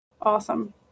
Awesome